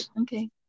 okay